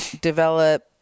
develop